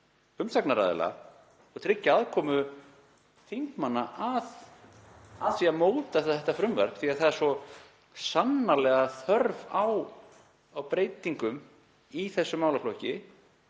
umsagnaraðila og tryggja aðkomu þingmanna að því að móta þetta frumvarp, því að það er svo sannarlega þörf á breytingum í þessum málaflokki.